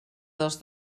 dels